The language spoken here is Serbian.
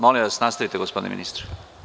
Molim vas nastavite gospodine ministre.